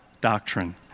doctrine